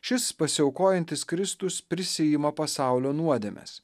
šis pasiaukojantis kristus prisiima pasaulio nuodėmes